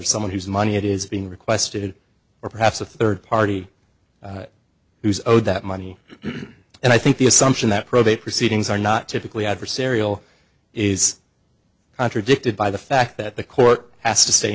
or someone whose money it is being requested or perhaps a third party who is owed that money and i think the assumption that probate proceedings are not typically adversarial is contradicted by the fact that the court has to stay